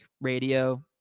radio